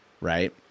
Right